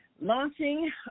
launching